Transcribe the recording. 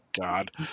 God